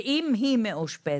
ואם היא מאושפזת?